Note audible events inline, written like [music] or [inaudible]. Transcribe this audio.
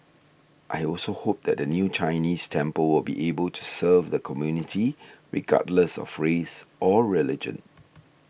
[noise] I also hope that the new Chinese temple will be able to serve the community regardless of race or religion